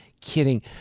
kidding